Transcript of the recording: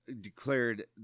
declared